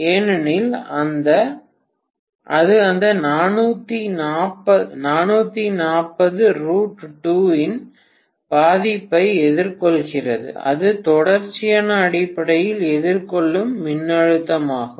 ஏனெனில் அது அந்த 440 இன் பாதிப்பை எதிர்கொள்கிறது அது தொடர்ச்சியான அடிப்படையில் எதிர்கொள்ளும் மின்னழுத்தமாகும்